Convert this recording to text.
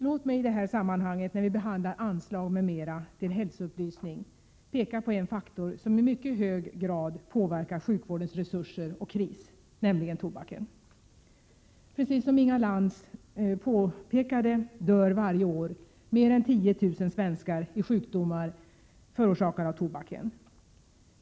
Låt mig i det här sammanhanget, när vi behandlar anslag m.m. till Hälsoupplysning, peka på en faktor som i mycket hög grad påverkar sjukvårdens resurser och kris — nämligen tobaken. Precis som Inga Lantz påpekade dör varje år mer än 10 000 svenskar i sjukdomar förorsakade av tobak.